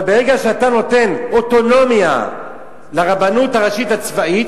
אבל ברגע שאתה נותן אוטונומיה לרבנות הראשית הצבאית,